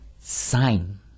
sign